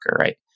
right